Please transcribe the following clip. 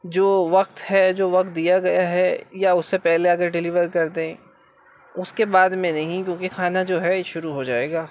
جو وقت ہے جو وقت دیا گیا ہے یا اس سے پہلے اگر ڈلیور کر دیں اس کے بعد میں نہیں کیونکہ کھانا جو ہے شروع ہو جائے گا